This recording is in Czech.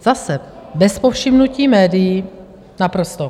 Zase bez povšimnutí médií, naprosto.